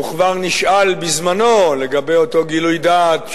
וכבר נשאל בזמנו לגבי אותו גילוי דעת,